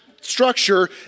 structure